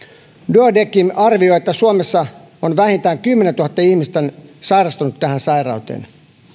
duodecim arvioi että suomessa on vähintään kymmenentuhatta ihmistä sairastunut tähän sairauteen